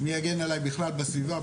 מי יגן עלי בכלל בסביבה?